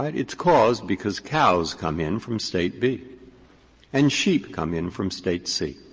but it's caused because cows come in from state b and sheep come in from state c.